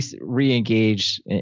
re-engage